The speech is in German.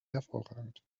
hervorragend